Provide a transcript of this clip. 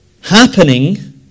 happening